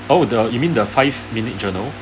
oh the you mean the five minutes journal